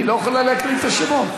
היא לא יכולה להקריא את השמות.